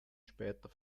später